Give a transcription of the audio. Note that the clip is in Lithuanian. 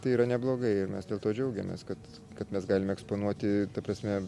tai yra neblogai ir mes dėl to džiaugiamės kad kad mes galim eksponuoti ta prasme